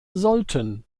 sollten